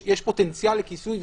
כאשר יש פוטנציאל כיסוי,